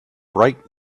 bright